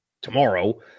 tomorrow